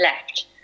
left